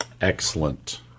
Excellent